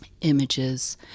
images